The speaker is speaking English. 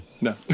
No